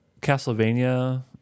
Castlevania